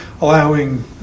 allowing